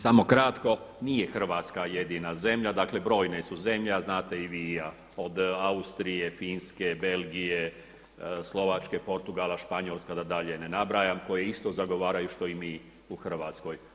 Samo kratko, nije Hrvatska jedina zemlja, dakle brojne su zemlje, a znate i vi i ja, od Austrije, Finske, Belgije, Slovačke, Portugala, Španjolske da dalje ne nabrajam koje isto zagovaraju što i mi u Hrvatskoj.